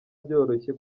byoroshye